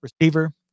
Receiver